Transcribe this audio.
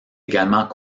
également